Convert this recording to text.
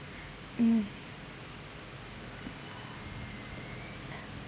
mm